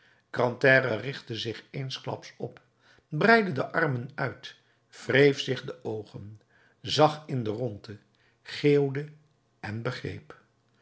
grantaire richtte zich eensklaps op breidde de armen uit wreef zich de oogen zag in de rondte geeuwde en begreep